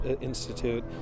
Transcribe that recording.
Institute